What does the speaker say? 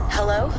Hello